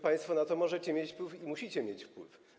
Państwo na to możecie mieć wpływ i musicie mieć wpływ.